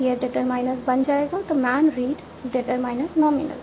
यह डिटरमाइनर बन जाएगा the man read determiner nominal